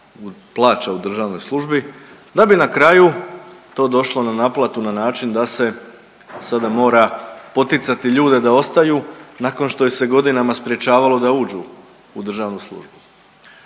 plaća u državnoj službi, da bi na kraju to došlo na naplatu na način da se sada mora poticati ljude da ostaju nakon što ih se godinama sprječavalo da uđu u državnu službu.